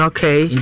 Okay